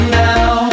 now